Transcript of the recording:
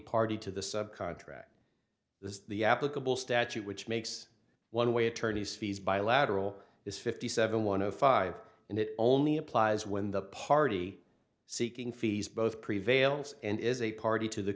party to the subcontract is the applicable statute which makes one way attorney's fees bilateral is fifty seven one of five and it only applies when the party seeking fees both prevails and is a party to the